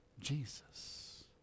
Jesus